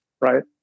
right